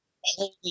holy